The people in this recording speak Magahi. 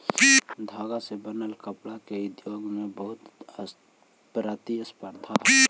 धागा से बनल कपडा के उद्योग में बहुत प्रतिस्पर्धा हई